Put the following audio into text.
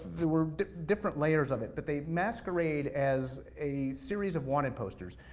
there were different layers of it, but they masquerade as a series of wanted posters.